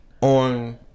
on